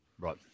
Right